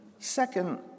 Second